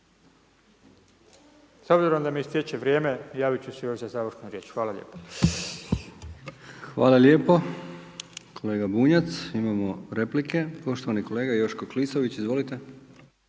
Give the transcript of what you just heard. S obzirom da mi istječe vrijeme, javit ću se još za završnu riječ. Hvala lijepo. **Brkić, Milijan (HDZ)** Hvala lijepo kolega Bunjac. Imamo replike, poštovani kolega Joško Klisović. Izvolite.